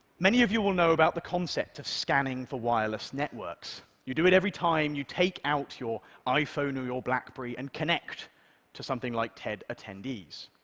many of you all know about the concept of scanning for wireless networks. you do it every time you take out your iphone or your blackberry and connect to something like tedattendees.